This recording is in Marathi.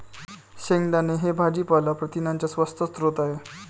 शेंगदाणे हे भाजीपाला प्रथिनांचा स्वस्त स्रोत आहे